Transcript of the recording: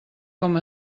com